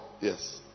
Yes